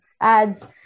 ads